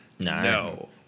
No